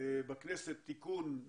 גם האינטרס של כל